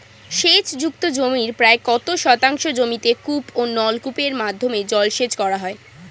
সেচ যুক্ত জমির প্রায় কত শতাংশ জমিতে কূপ ও নলকূপের মাধ্যমে জলসেচ করা হয়?